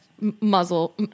Muzzle